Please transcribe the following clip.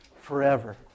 Forever